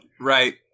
Right